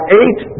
eight